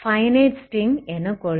finite string எனக் கொள்க